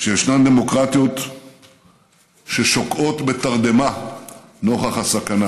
שישנן דמוקרטיות ששוקעות בתרדמה נוכח הסכנה.